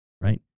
right